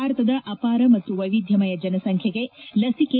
ಭಾರತದ ಅಪಾರ ಮತ್ತು ವೈವಿಧ್ವಮಯ ಜನಸಂಬ್ದೆಗೆ ಲಸಿಕೆ